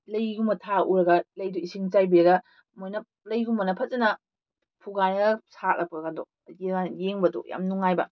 ꯂꯩꯒꯨꯝꯕ ꯊꯥꯕ ꯎꯔꯒ ꯂꯩꯗꯣ ꯏꯁꯤꯡ ꯆꯥꯏꯕꯤꯔꯒ ꯃꯣꯏꯅ ꯂꯩꯒꯨꯝꯕꯅ ꯐꯖꯟꯅ ꯐꯨꯒꯥꯏꯅꯒ ꯁꯠꯂꯛꯄꯒꯗꯣ ꯌꯦꯡꯀꯥꯟ ꯌꯦꯡꯕꯗꯣ ꯌꯥꯝ ꯅꯨꯡꯉꯥꯏꯕ